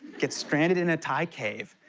get stranded in a thai cave,